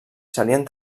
serien